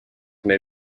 may